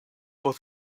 but